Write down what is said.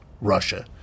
Russia